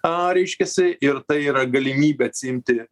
a reiškiasi ir tai yra galimybė atsiimti